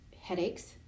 headaches